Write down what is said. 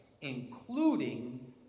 including